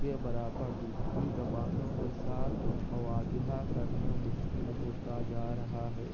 کے برابر دوسری زبانوں کے ساتھ مواجہہ کرنا مشکل ہوتا جا رہا ہے